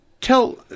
Tell